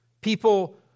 people